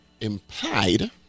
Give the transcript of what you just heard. implied